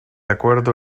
acuerdo